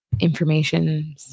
information